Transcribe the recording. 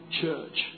church